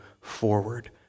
forward